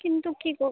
কিন্তু কী কর